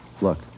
Look